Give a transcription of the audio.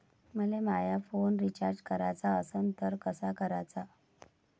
मले माया phone recharge कराचा असन तर कसा कराचा?